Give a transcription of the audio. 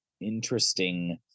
interesting